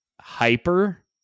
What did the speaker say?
hyper